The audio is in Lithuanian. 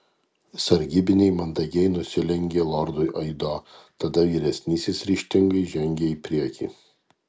sargybiniai mandagiai nusilenkė lordui aido tada vyresnysis ryžtingai žengė į priekį